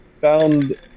found